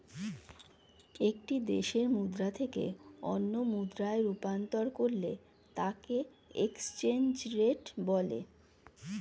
একটি দেশের মুদ্রা থেকে অন্য মুদ্রায় রূপান্তর করলে তাকেএক্সচেঞ্জ রেট বলে